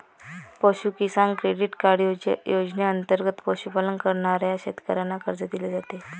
पशु किसान credit card योजनेंतर्गत पशुपालन करणाऱ्या शेतकऱ्यांना कर्ज दिले जाते